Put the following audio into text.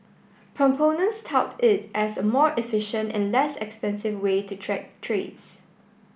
proponents tout it as a more efficient and less expensive way to track trades